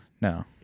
No